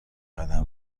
قدم